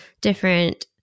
different